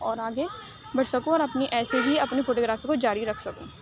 اور آگے بڑھ سکوں اور اپنی ایسے ہی اپنی فوٹو گرافی کو جاری رکھ سکوں